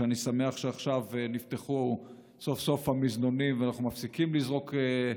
ואני שמח שעכשיו נפתחו סוף-סוף המזנונים ואנחנו מפסיקים לזרוק,